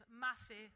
massive